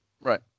right